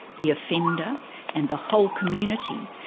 the offender and the whole community.